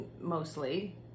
mostly